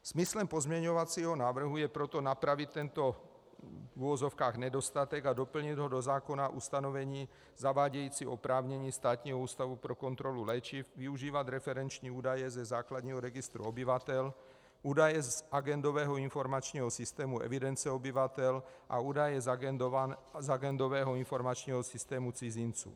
Smyslem pozměňovacího návrhu je proto napravit tento, v uvozovkách, nedostatek a doplnit do zákona ustanovení zavádějící oprávnění Státního ústavu pro kontrolu léčiv využívat referenční údaje ze základního registru obyvatel, údaje z agendového informačního systému evidence obyvatel a údaje z agendového informačního systému cizinců.